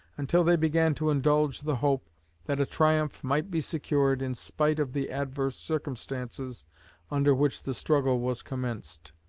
until they began to indulge the hope that a triumph might be secured in spite of the adverse circumstances under which the struggle was commenced.